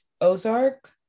Ozark